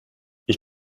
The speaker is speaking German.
ich